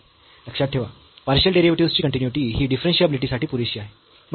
लक्षात ठेवा partial derivatives ची कन्टीन्यूइटी ही डिफरन्शियाबिलिटी साठी पुरेशी आहे